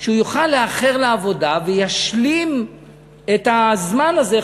שהוא יוכל לאחר לעבודה והוא ישלים את הזמן הזה,